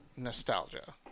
nostalgia